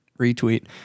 Retweet